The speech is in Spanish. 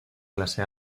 clase